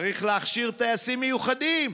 צריך להכשיר טייסים מיוחדים,